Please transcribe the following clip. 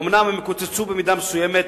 והמספר אומנם קוצץ במידה מסוימת.